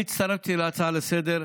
אני הצטרפתי להצעה לסדר-היום.